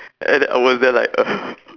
and I was there like uh